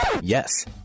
Yes